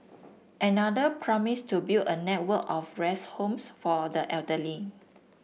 another promised to build a network of rest homes for the elderly